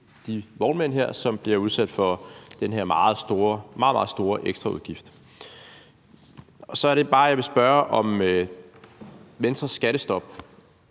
her vognmænd, som bliver udsat for den her meget, meget store ekstraudgift. Så er det bare, at jeg vil spørge, om Venstres skattestop